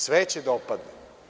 Sve će da opadne.